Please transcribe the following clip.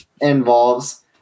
involves